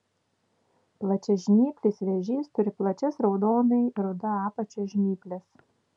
plačiažnyplis vėžys turi plačias raudonai ruda apačia žnyples